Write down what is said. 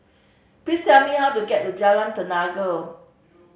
please tell me how to get to Jalan Tenaga